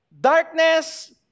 Darkness